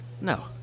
No